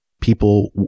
people